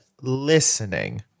listening